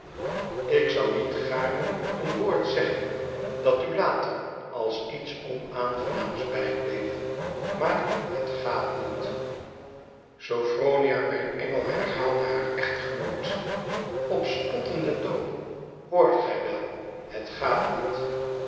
ik zou niet gaarne een woord zeggen dat u later als iets onaangenaams bijbleef maar het gaat niet sophronia mijn engel herhaalde haar echtgenoot op spottenden toon hoort gij wel het gaat niet